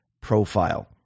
profile